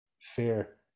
fear